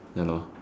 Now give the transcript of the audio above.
ya lor